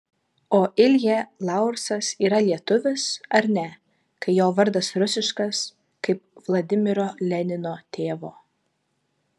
o ilja laursas yra lietuvis ar ne kai jo vardas rusiškas kaip vladimiro lenino tėvo